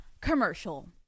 commercial